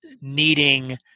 needing